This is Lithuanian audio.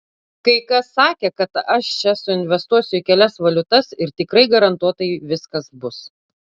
kai kas sakė kad aš čia suinvestuosiu į kelias valiutas ir tikrai garantuotai viskas bus